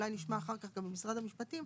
אולי נשמע אחר כך גם ממשרד המשפטים,